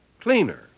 cleaner